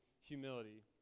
humility